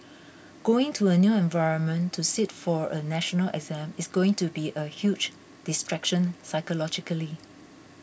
going to a new environment to sit for a national exam is going to be a huge distraction psychologically